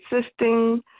assisting